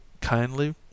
kindly